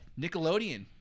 Nickelodeon